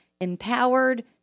Empowered